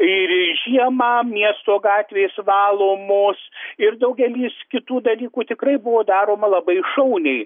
ir žiemą miesto gatvės valomos ir daugelis kitų dalykų tikrai buvo daroma labai šauniai